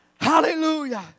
Hallelujah